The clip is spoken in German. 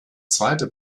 zweite